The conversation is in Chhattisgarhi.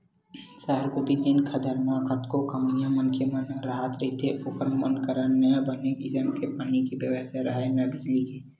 सहर कोती जेन खदर म कतको कमइया मनखे मन ह राहत रहिथे ओखर मन करा न बने किसम के पानी के बेवस्था राहय, न बिजली के